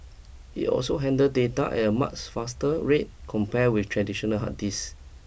it also handle data at a much faster rate compare with traditional hard disk